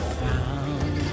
found